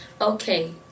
Okay